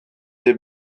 des